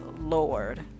lord